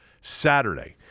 Saturday